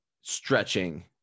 stretching